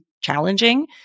challenging